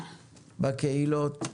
בקהילות,